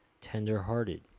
tender-hearted